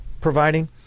providing